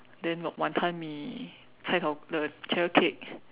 then got wanton-mee cai-tao the carrot cake